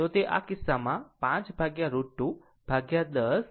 તો આ કિસ્સામાં તે 5 √ 210 √ 2 છે